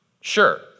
sure